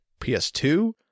PS2